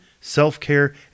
self-care